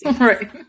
Right